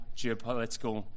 geopolitical